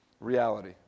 Reality